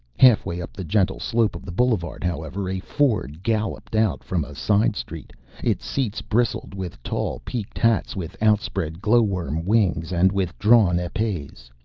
halfway up the gentle slope of the boulevard, however, a ford galloped out from a side-street. its seats bristled with tall peaked hats with outspread glowworm wings and with drawn epees.